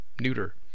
neuter